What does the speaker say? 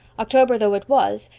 october though it was,